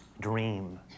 dream